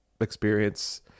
experience